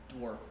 dwarf